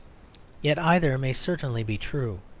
yet either may certainly be true.